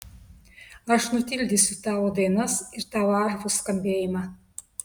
aš nutildysiu tavo dainas ir tavo arfų skambėjimą